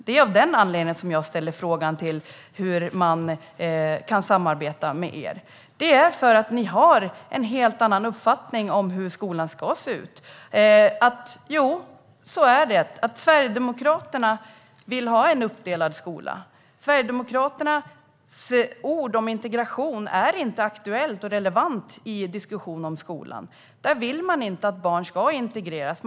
Det var av den anledningen jag ställde frågan hur man kan samarbeta med er. Ni har en helt annan uppfattning om hur skolan ska se ut. Så är det. Sverigedemokraterna vill ha en uppdelad skola. Sverigedemokraternas ord om integration är inte aktuella och relevanta i en diskussion om skolan. Där vill ni inte att barn ska integreras.